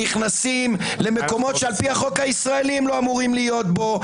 ונכנסים למקומות שעל פי החוק הישראלי הם לא אמורים להיות פה,